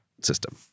system